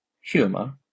humor